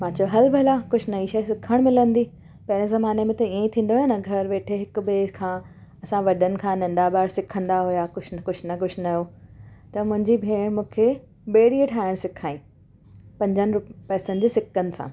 मां चओ हल भला कुझु नई शइ सिखणु मिलंदी पहिरें ज़माने में त इएं ई थींदो आहे न घरु वेठे हिक ॿिए खां असां वॾनि खां नंढा ॿार सिखंदा हुया कुझु न कुझु न कुझु नओं त मुंहिंजी भेण मूंखे ॿेड़ीए ठाहिणु सेखारियईं पंजनि पेसनि जे सिकनि सां